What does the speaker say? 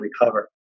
recover